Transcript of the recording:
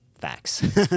Facts